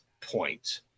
point